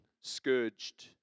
scourged